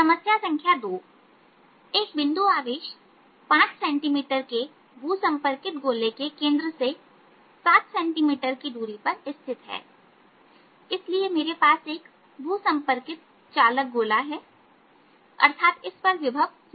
समस्या संख्या दो एक बिंदु आवेश 5 सेंटीमीटर के भू संपर्कित गोले के केंद्र से 7 सेंटीमीटर की दूरी पर स्थित है इसलिए मेरे पास एक भू संपर्कित चालक गोला है अर्थात इस पर विभव 0 है